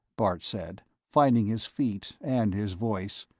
bart said, finding his feet and his voice.